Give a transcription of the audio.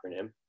acronym